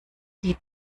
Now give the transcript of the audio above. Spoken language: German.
die